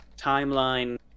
timeline